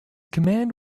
command